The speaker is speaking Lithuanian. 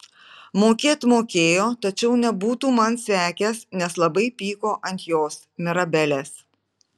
mokėt mokėjo tačiau nebūtų man sekęs nes labai pyko ant jos mirabelės